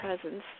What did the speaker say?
presence